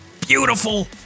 beautiful